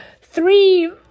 three